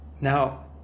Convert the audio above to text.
Now